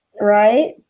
Right